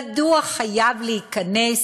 מדוע חייב להיכנס